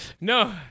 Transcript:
No